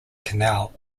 canal